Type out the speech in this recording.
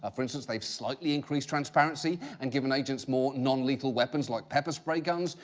ah for instance, they've slightly increased transparency and given agents more non-lethal weapons like pepper spray guns,